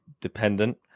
dependent